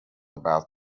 about